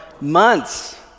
months